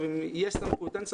אם יש סמכות או אין סמכות.